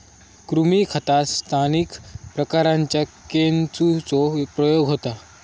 कृमी खतात स्थानिक प्रकारांच्या केंचुचो प्रयोग होता